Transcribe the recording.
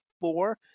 four